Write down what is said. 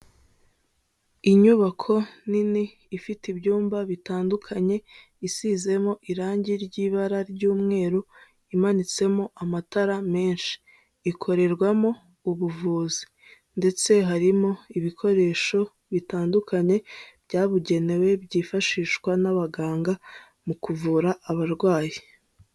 Inyubako nini ifite ibyumba bitandukanye, isizemo irangi ry'ibara ry'umweru imanitsemo amatara menshi, ikorerwamo ubuvuzi ndetse harimo ibikoresho bitandukanye, byabugenewe byifashishwa n'abaganga mu kuvura abarwayi.